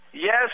Yes